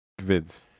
vids